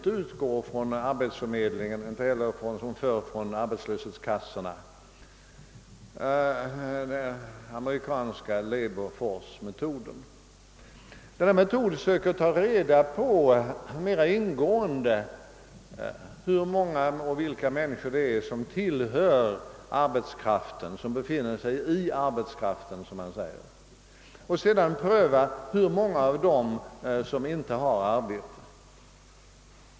Man utgår därvid inte från arbetsförmedlingens och inte heller som förr från arbeslöshetskassornas siffror. Med denna metod söker man i stället mera ingående ta reda på hur många och vilka människor som befinner sig som man säger »i arbetskraften», och sedan pröva hur många av dem som inte har arbete.